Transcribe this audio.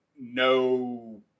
no